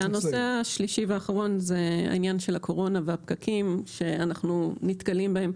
הנושא השלישי והאחרון זה העניין של הקורונה והפקקים שאנחנו נתקלים בהם.